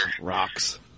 rocks